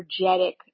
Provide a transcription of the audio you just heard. energetic